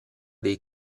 dei